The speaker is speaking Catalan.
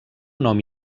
nom